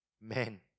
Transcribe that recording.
Men